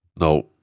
no